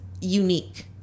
unique